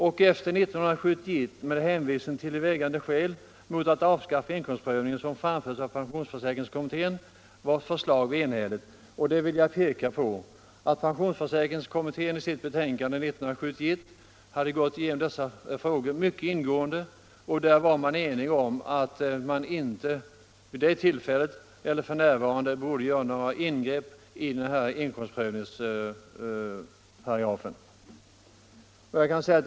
Efter år 1971 har man vid behandlingen hänvisat till de vägande skäl mot att avskaffa inkomstprövningen som framförts av pensionsförsäkringskommittén, vars förslag var enhälligt. Jag vill understryka att kommittén vid avgivandet av sitt betänkande 1971 hade behandlat dessa frågor mycket ingående, och man var då enig om att det inte borde göras några ingrepp i inkomstpröv-, ningsparagrafen.